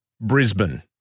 Brisbane